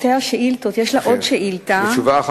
חברת הכנסת חנין זועבי שאלה את שר התעשייה,